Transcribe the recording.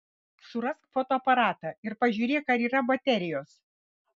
surask fotoaparatą ir pažiūrėk ar yra baterijos